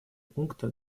пункта